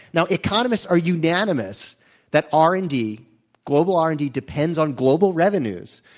now, economists are unanimous that r and d global r and d, depends on global revenues.